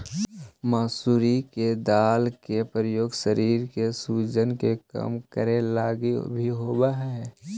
मसूरी के दाल के प्रयोग शरीर के सूजन के कम करे लागी भी होब हई